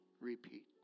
Repeat